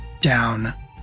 down